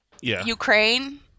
ukraine